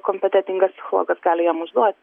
kompetentingas psichologas gali jam užduoti